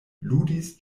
ludis